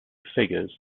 figures